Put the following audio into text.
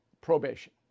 probation